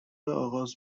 آغاز